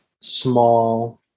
small